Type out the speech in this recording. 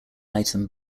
item